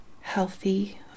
healthy